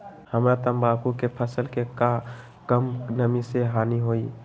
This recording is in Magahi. हमरा तंबाकू के फसल के का कम नमी से हानि होई?